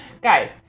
Guys